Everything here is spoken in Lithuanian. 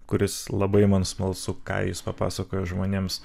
kuris labai man smalsu ką jis papasakojo žmonėms